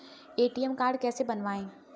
ATM card कैसे बनवाएँ?